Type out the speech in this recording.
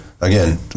again